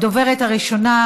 הדוברת הראשונה,